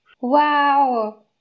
wow